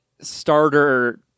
starter